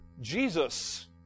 Jesus